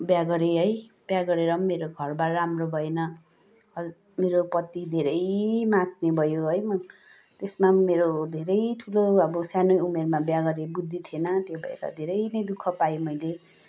विवाह गरेँ है विवाह गरेेर पनि मेरो घर बार राम्रो भएन मेरो पति धेरै मात्ने भयो त्यसमा पनि मेरो ठुलो अब सानै उमेरमा विवाह गरेर बुद्धि थिएन त्यही भएर धेरै नै दुःख पाएँ मैले